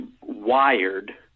wired